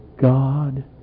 God